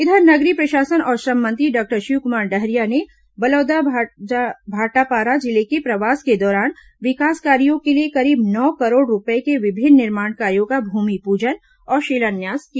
इधर नगरीय प्रशासन और श्रम मंत्री डॉक्टर शिवकुमार डहरिया ने बलौदाबाजार भाटापारा जिले के प्रवास के दौरान विकास कार्यों के लिए करीब नौ करोड़ रूपये के विभिन्न निर्माण कार्यों का भूमिपूजन और शिलान्यास किया